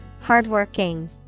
hardworking